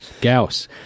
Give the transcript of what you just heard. Gauss